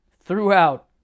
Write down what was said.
throughout